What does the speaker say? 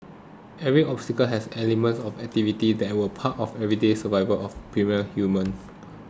every obstacle has elements of activities that were part of everyday survival for the primal human